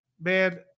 Man